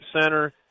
center